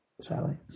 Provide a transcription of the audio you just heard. Sally